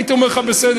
הייתי אומר לך בסדר.